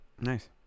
Nice